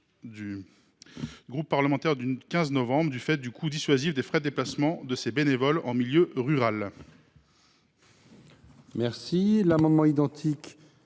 du groupe parlementaire du 15 novembre, du fait du coût dissuasif des frais de déplacement de ses bénévoles en milieu rural.